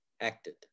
acted